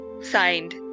Signed